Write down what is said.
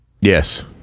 Yes